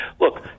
Look